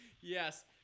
yes